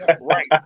Right